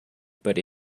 but